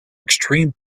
extreme